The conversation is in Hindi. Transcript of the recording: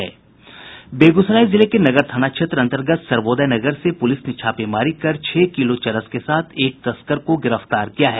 बेगूसराय जिले के नगर थाना क्षेत्र अंतर्गत सर्वोदय नगर से प्रलिस छापेमारी कर छह किलो चरस के साथ एक तस्कर को गिरफ्तार किया है